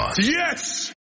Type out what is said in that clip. Yes